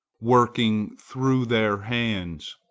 working through their hands,